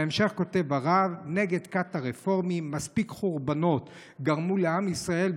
בהמשך כותב הרב נגד כת הרפורמים: מספיק חורבנות גרמו לעם ישראל,